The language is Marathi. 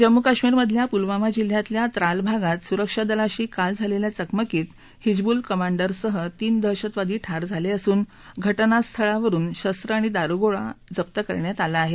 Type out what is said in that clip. जम्मू कश्मीरमधल्या पुलवामा जिल्ह्यातल्या त्राल भागात सुरक्षा दलाशी काल झालेल्या चकमकीत हिजबूल कमांडरसह तीन दहशतवादी ठार झाले असून घटनास्थळावरुन शरतं आणि दारुगोळा जप्त करण्यात आला आहे